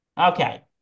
Okay